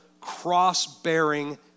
cross-bearing